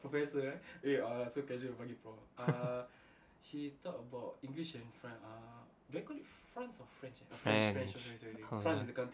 french